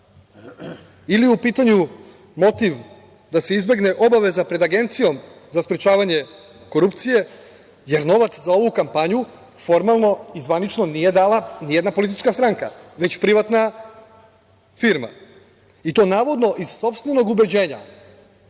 Ili je u pitanju motiva da se izbegne obaveza pred Agencijom za sprečavanje korupcije jer novac za ovu kampanju formalno i zvanično nije dala nijedna politička stranka već privatna firma i to navodno iz sopstvenog ubeđenja,